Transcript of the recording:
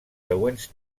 següents